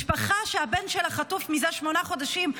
משפחה שהבן שלה חטוף זה שמונה חודשים,